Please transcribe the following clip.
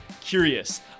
curious